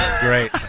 great